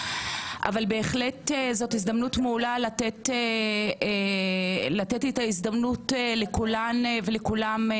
אבל בהחלט זו הזדמנות מעולה לתת את ההזדמנות לכולן ולכולם,